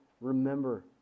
remember